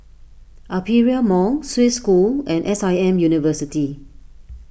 Aperia Mall Swiss School and S I M University